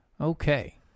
Okay